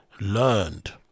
learned